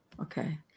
Okay